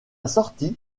sortie